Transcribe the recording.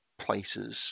places